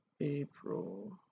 April